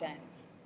times